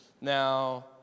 Now